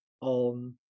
on